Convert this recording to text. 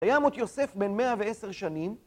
וימות יוסף בין 110 שנים